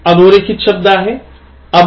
अधोरेखित शब्द आहे above